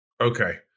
Okay